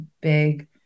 big